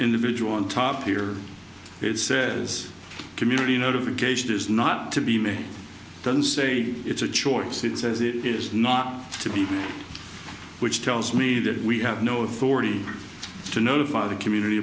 individual on top here it says community notification is not to be made don't say it's a choice it says it is not to be which tells me that we have no authority to notify the community